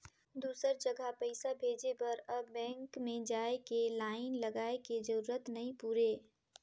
दुसर जघा पइसा भेजे बर अब बेंक में जाए के लाईन लगाए के जरूरत नइ पुरे